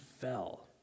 fell